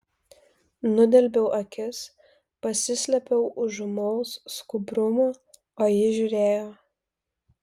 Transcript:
nudelbiau akis pasislėpiau už ūmaus skubrumo o ji žiūrėjo